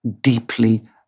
deeply